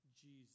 Jesus